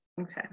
Okay